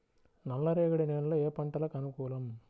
నల్లరేగడి నేలలు ఏ పంటలకు అనుకూలం?